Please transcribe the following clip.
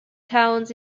towns